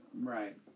Right